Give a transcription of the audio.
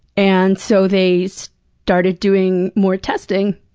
and so they so started doing more testing,